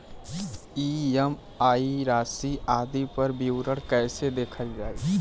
EMI राशि आदि पर विवरण कैसे देखल जाइ?